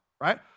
right